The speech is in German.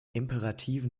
imperativen